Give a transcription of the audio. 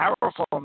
powerful